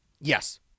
Yes